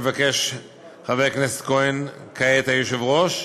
מבקש חבר הכנסת כהן, כעת היושב-ראש,